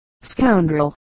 Scoundrel